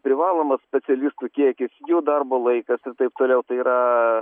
privalomas specialistų kiekis jų darbo laikas ir taip toliau tai yra